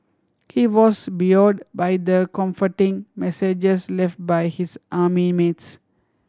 he was buoyed by the comforting messages left by his army mates